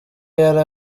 yari